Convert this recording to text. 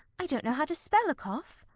i don't know how to spell a cough.